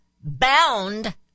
bound